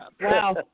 Wow